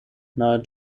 nahe